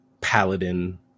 paladin